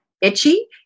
itchy